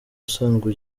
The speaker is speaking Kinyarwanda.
usanzwe